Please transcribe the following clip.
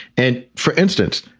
and for instance,